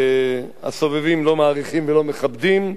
הסובבים לא מעריכים ולא מכבדים,